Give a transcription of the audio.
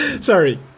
Sorry